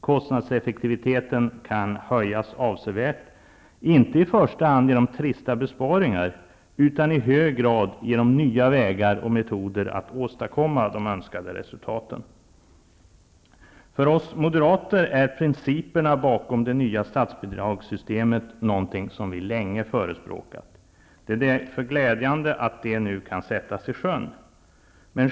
Kostnadseffektiviteten kan höjas avsevärt, inte i första hand genom trista besparingar utan i hög grad genom nya vägar och metoder att åstadkomma de önskade resultaten. För oss moderater är principerna bakom det nya statsbidragssystemet någonting vi länge har förespråkat. Det är därför glädjande att de nu kan sättas i sjön.